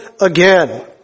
again